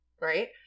right